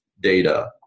data